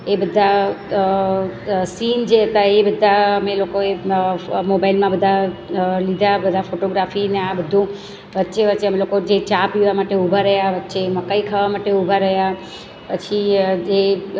એ બધા સીન જે હતા એ બધા અમે લોકોએ મોબાઈલમાં બધા લીધા બધા ફોટોગ્રાફી ને આ બધું વચ્ચે વચ્ચે અમે લોકો જે ચા પીવા માટે ઊભા રહ્યા વચ્ચે મકાઈ ખાવા માટે ઊભા રહ્યા પછી જે